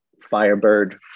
Firebird